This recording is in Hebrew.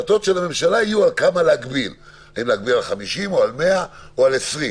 האם להגביל על 50 או על 100 או על 20,